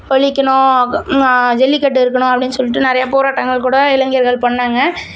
ஒழிக்கணும் ஜல்லிகட்டு இருக்கணும் அப்படினு சொல்லிட்டு நிறைய போராட்டங்கள் கூட இளைஞர்கள் பண்ணாங்கள்